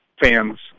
fans